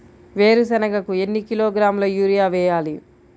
వేరుశనగకు ఎన్ని కిలోగ్రాముల యూరియా వేయాలి?